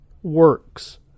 Works